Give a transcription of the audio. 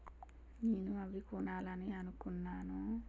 నేను అవి కొనాలని అనుకున్నాను